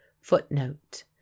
footnote